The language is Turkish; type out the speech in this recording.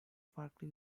farklı